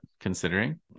considering